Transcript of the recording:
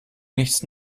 nichts